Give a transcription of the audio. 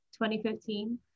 2015